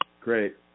Great